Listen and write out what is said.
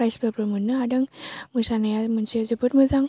प्राइजफोरबो मोननो हादों मोसानाया मोनसे जोबोद मोजां